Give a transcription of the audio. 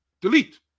Delete